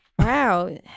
Wow